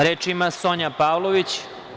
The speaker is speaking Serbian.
Reč ima Sonja Pavlović.